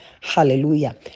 hallelujah